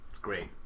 Great